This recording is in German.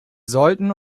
sollten